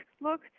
look